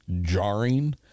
jarring